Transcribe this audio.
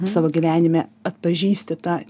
savo gyvenime atpažįsti tą